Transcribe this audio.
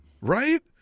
Right